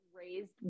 raised